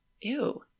Ew